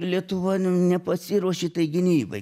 lietuva nepasiruošė tai gynybai